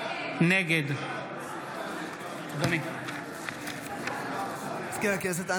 נגד מזכיר הכנסת,